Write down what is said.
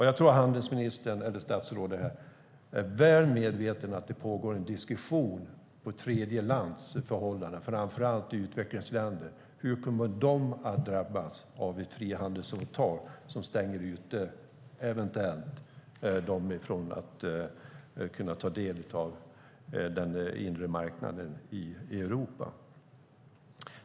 Jag tror att statsrådet är väl medveten om att det pågår en diskussion om tredjeländers förhållanden, framför allt utvecklingsländernas. Hur kommer de att drabbas av ett frihandelsavtal som eventuellt stänger dem ute från möjligheten att ta del av den inre marknaden i Europa?